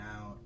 out